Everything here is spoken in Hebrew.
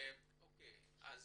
אז